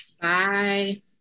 Bye